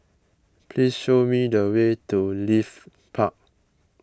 please show me the way to Leith Park